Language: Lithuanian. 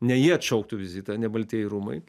ne jie atšauktų vizitą ne baltieji rūmai